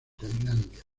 tailandia